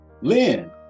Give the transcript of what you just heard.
lynn